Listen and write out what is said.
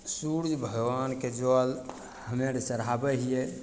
सूर्य भगवानके जल हमे अर चढ़ाबय हियै